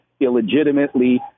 illegitimately